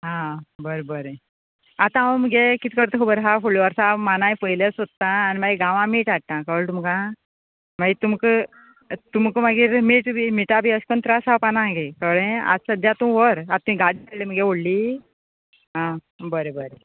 आं बरें बरें आतां हांव मगे कितें करता खबर आहा फुडले वर्सा मानाय पयले सोदतां आनी मागीर गावां मीठ हाडटा कळें तुमका मागीर तुमका तुमका मागीर मीठ बी मिठा बी अश कोन त्रास जावपा ना गे कळ्ळें आतां सद्द्या तूं व्हर आतां तुयें गाडी हाडल्या मगे व्हडली आं बरें बरें